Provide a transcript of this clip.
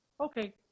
Okay